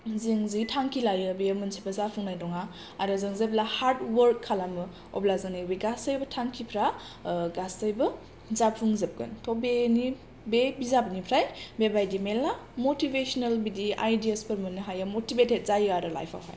जों जि थांखि लायो बेयो मोनसेबो जाफुंनाय नङा आरो जों जेब्ला हार्द अवार्ख खालामो अब्ला जोंनि बे गासैबो थांखिफ्रा ओ गासैबो जाफुंजोबगोन थ' बेनि बे बिजाबनिफ्राय बेबादि मेर्ला मटिभेसनेल बिदि आइदियास मोननो हायो मटिभेथेद जायो आरो लाइफ आवहाय